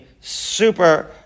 super